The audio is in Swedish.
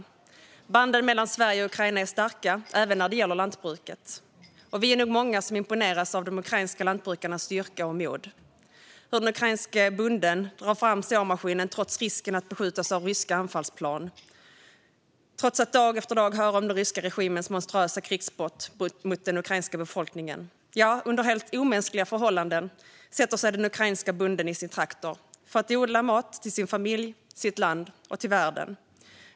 Banden mellan Sverige och Ukraina är starka även när det gäller lantbruket, och vi är nog många som imponeras av de ukrainska lantbrukarnas styrka och mod. Den ukrainska bonden drar fram såmaskinen trots risken att beskjutas av ryska anfallsplan, trots att man dag efter dag hör om den ryska regimens monstruösa krigsbrott mot den ukrainska befolkningen - ja, under helt omänskliga förhållanden sätter sig den ukrainska bonden i sin traktor för att odla mat till sin familj, till sitt land och till världen.